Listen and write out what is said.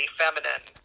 feminine